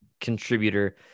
contributor